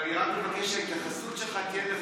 אני רק מבקש שההתייחסות שלך תהיה לכולם.